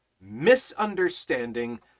misunderstanding